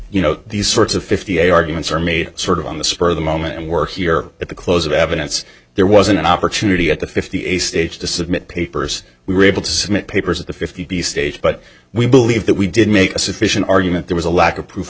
you know these sorts of fifty eight arguments are made sort of on the spur of the moment at work here at the close of evidence there was an opportunity at the fifty a stage to submit papers we were able to submit papers at the fifty stage but we believe that we did make a sufficient argument there was a lack of proof